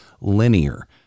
linear